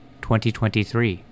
2023